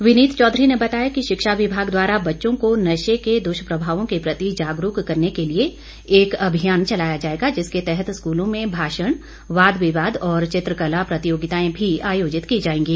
विनीत चौधरी ने बताया कि शिक्षा विभाग द्वारा बच्चों को नशे के दुष्प्रभावों के प्रति जागरूक करने के लिए एक अभियान चलाया जाएगा जिसके तहत स्कूलों में भाषण वाद विवाद और चित्रकला प्रतियोगिताएं भी आयोजित की जाएंगी